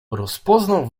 rozpoznał